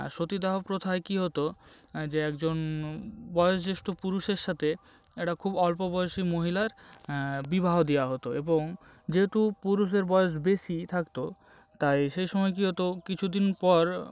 সতীদাহ প্রথায় কী হতো যে একজন বয়োজ্যেষ্ঠ পুরুষের সাথে একটা খুব অল্পবয়সী মহিলার বিবাহ দেওয়া হতো এবং যেহেতু পুরুষের বয়স বেশি থাকত তাই সেই সময় কী হতো কিছুদিন পর